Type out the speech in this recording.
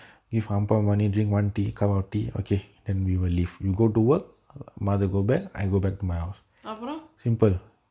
அப்புறம்:appuram